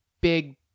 big